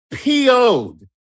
PO'd